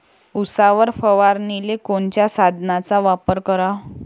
उसावर फवारनीले कोनच्या साधनाचा वापर कराव?